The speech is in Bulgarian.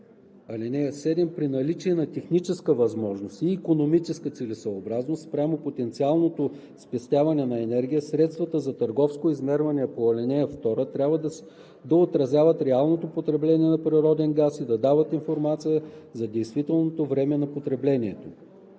ал. 7: „(7) При наличие на техническа възможност и икономическа целесъобразност спрямо потенциалното спестяване на енергия средствата за търговско измерване по ал. 2 трябва да отразяват реалното потребление на природен газ и да дават информация за действителното време на потреблението.“